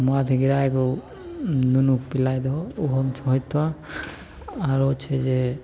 मौध गिरैके ओ नुनूके पिलै दहो ओहोमे फायदा होतऽ आओर छै जे